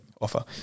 offer